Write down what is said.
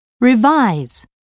revise